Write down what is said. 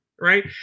right